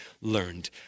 learned